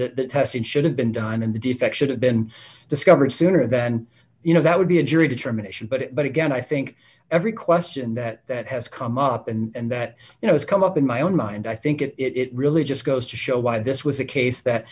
identified the testing should have been done and the defect should have been discovered sooner then you know that would be a jury determination but again i think every question that that has come up and that you know has come up in my own mind i think it it really just goes to show why this was a case that